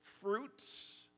fruits